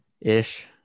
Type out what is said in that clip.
ish